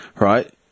right